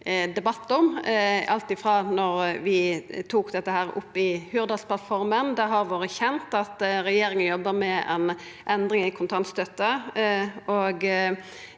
debatt om alt frå då vi tok dette opp i Hurdalsplattforma. Det har vore kjent at regjeringa jobbar med ei endring i kontantstøtta.